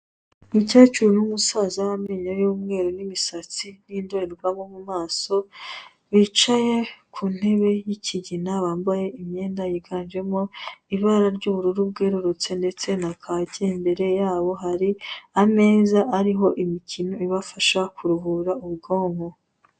Umukecuru n'umusaza b'amenyo y'umweru n'imisatsi n'indorerwamo mu maso, bicaye ku ntebe y'ikigina, bambaye imyenda yiganjemo ibara ry'ubururu bwerurutse ndetse na kaki, imbere yabo hari ameza ariho imikino ibafasha kuruhura ubwonko.